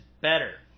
better